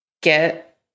get